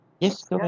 Yes